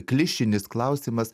klišinis klausimas